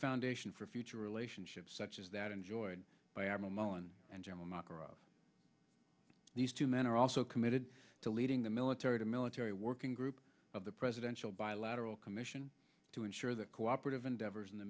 foundation for future relationships such as that enjoyed by admiral mullen and general makarov these two men are also committed to leading the military to military working group of the presidential bilateral commission to ensure that cooperative endeavors in the